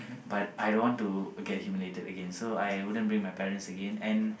but I don't want to get humiliated so I wouldn't bring my parents again and